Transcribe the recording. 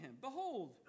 Behold